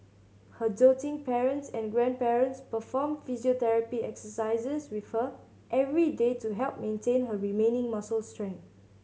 her doting parents and grandparents perform physiotherapy exercises with her every day to help maintain her remaining muscle strength